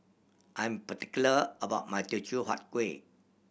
I am particular about my Teochew Huat Kuih